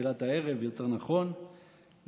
יותר נכון בתחילת הערב,